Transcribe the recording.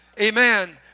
Amen